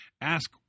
Ask